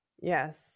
Yes